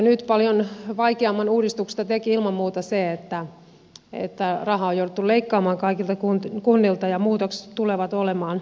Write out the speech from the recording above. nyt uudistuksesta teki paljon vaikeamman ilman muuta se että rahaa on jouduttu leikkaamaan kaikilta kunnilta ja muutokset tulevat olemaan merkittäviä